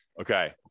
Okay